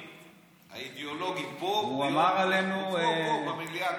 האידיאולוגיים של יגאל עמיר, פה במליאה,